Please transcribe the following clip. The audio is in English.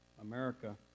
America